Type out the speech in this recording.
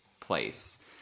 place